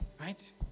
right